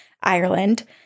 Ireland